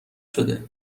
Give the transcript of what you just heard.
شده